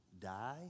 die